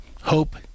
Hope